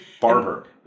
barber